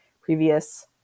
previous